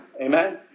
Amen